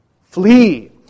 Flee